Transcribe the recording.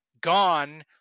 gone